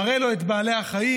מראה לו את בעלי החיים,